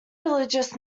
religious